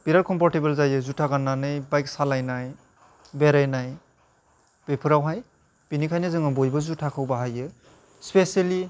बिराद खम्परटेबोल जायो जुथा गान्नानै बाइक सालायनाइ बेरायनाइ बेफोरावहाइ बेनिखायनो जोङो बयबो जुथाखौ बाहायो स्पेसेलि